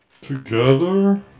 Together